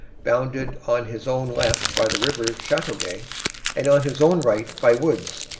bounded on his own left by the river chateauguay and on his own right by woods,